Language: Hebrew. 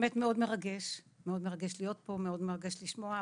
באמת מאוד מרגש להיות פה ומאוד מרגש לשמוע.